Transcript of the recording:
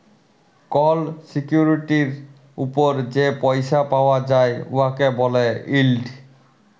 call সিকিউরিটির উপর যে পইসা পাউয়া যায় উয়াকে ব্যলে ইল্ড